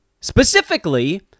Specifically